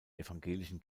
evangelischen